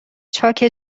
چاک